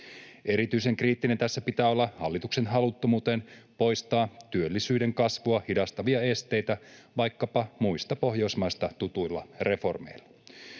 Erityisen kriittinen tässä pitää olla hallituksen haluttomuuteen poistaa työllisyyden kasvua hidastavia esteitä vaikkapa muista Pohjoismaista tutuilla reformeilla.